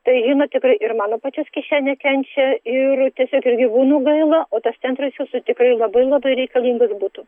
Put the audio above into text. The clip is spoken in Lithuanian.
tai žinot tikrai ir mano pačios kišenė kenčia ir tiesiog ir gyvūnų gaila o tas centras jūsų tikrai labai labai reikalingas butų